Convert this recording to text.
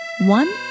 one